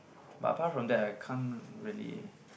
but apart from that I can't really